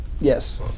Yes